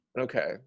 okay